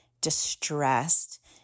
distressed